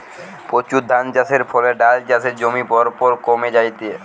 প্রচুর ধানচাষের ফলে ডাল চাষের জমি পরপর কমি জায়ঠে